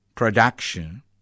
production